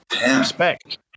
Respect